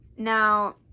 Now